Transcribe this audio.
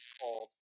called